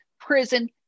prison